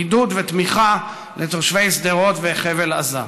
עידוד ותמיכה לתושבי שדרות וחבל עזה.